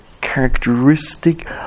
characteristic